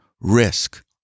risk